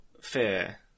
fear